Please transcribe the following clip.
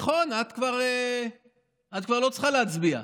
נכון, את כבר לא צריכה להצביע,